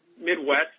Midwest